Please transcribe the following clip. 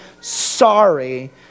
sorry